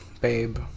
babe